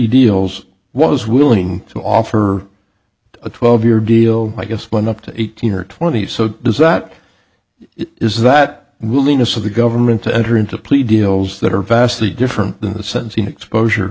deals was willing to offer a twelve year deal i guess been up to eighteen or twenty so there's that is that willingness of the government to enter into plea deals that are vastly different than the sense in exposure